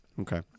Okay